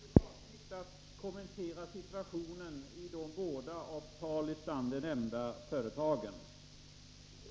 Herr talman! Jag har inte för avsikt att kommentera situationen i de båda av Paul Lestander nämnda företagen.